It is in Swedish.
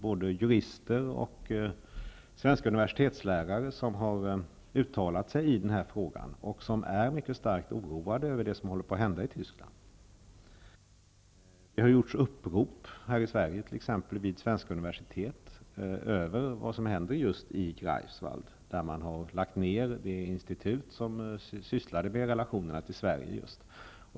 Både jurister och svenska universitetslärare har uttalat sig här, och de är mycket starkt oroade över utvecklingen i Tyskland. I Sverige har t.ex. upprop gjorts vid universitet med anledning just av det som händer i Greifswald, där det institut har lagts ned som sysslat med just relationerna till Sverige.